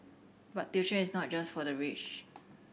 but tuition is not just for the rich